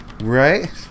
Right